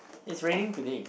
is raining today